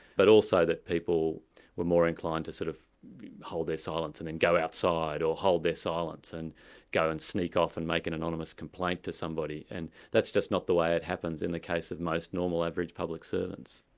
but also that people were more inclined to sort of hold their silence and then go outside or hold their silence and go and sneak off and make an anonymous complaint to somebody. and that's just not the way it happens in the case of most normal, average public servants.